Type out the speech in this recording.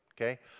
okay